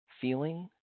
feeling